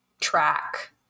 track